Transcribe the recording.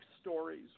stories